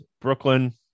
Brooklyn